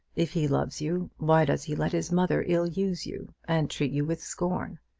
if he loves you, why does he let his mother ill-use you, and treat you with scorn?